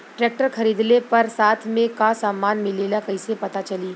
Tractor खरीदले पर साथ में का समान मिलेला कईसे पता चली?